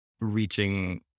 reaching